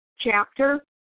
chapter